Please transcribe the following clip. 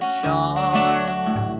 charms